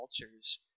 vultures